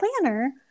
planner